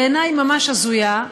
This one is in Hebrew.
בעיני ממש הזויה,